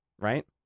right